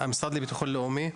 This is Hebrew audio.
לבטחון לאומי,